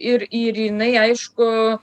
ir ir jinai aišku